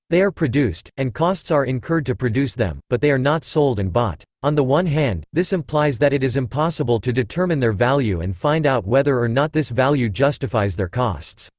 they are produced, and costs are incurred to produce them, but they are not sold and bought. on the one hand, this implies that it is impossible to determine their value and find out whether or not this value justifies their costs.